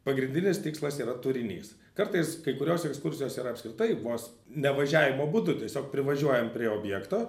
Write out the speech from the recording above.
pagrindinis tikslas yra turinys kartais kai kurios ekskursijos yra apskritai vos ne važiavimo būdu tiesiog privažiuojam prie objekto